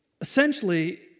essentially